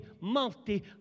multi